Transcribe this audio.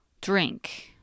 drink